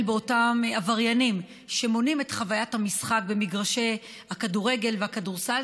באותם עבריינים שמונעים את חוויית המשחק במגרשי הכדורגל והכדורסל,